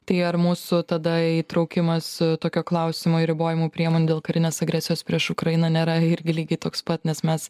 tai ar mūsų tada įtraukimas tokio klausimo į ribojamų priemonių dėl karinės agresijos prieš ukrainą nėra irgi lygiai toks pat nes mes